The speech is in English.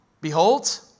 behold